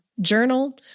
journal